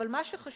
אבל מה שחשוב,